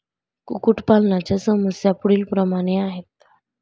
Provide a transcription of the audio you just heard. कुक्कुटपालनाच्या समस्या पुढीलप्रमाणे आहेत